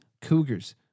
Cougars